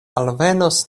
alvenos